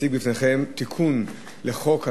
להציג בפניכם תיקון לחוק הנוער,